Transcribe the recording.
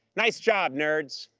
nice job nerds.